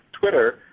Twitter